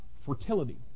fertility